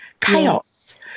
chaos